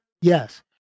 Yes